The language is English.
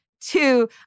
two